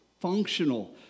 functional